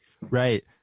Right